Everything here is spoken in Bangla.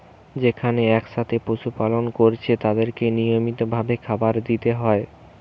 যেখানে একসাথে পশু পালন কোরছে তাদেরকে নিয়মিত ভাবে খাবার দিতে হয়